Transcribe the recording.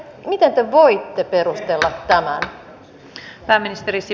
miten te voitte perustella tämän